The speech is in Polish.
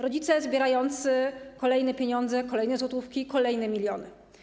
Rodzice zbierający kolejne pieniądze, kolejne złotówki, kolejne miliony.